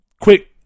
Quick